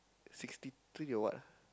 sixty three or what